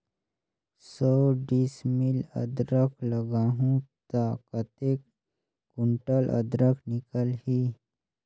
सौ डिसमिल अदरक लगाहूं ता कतेक कुंटल अदरक निकल ही?